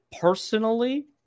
personally